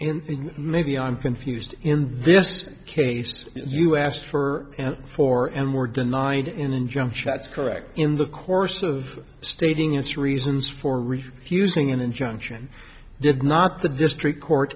maybe i'm confused in this case you asked for four and were denied in and jump shots correct in the course of stating it's reasons for refusing an injunction did not the district court